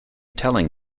telling